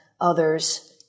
others